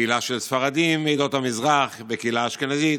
קהילה של ספרדים מעדות המזרח וקהילה אשכנזית,